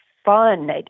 fun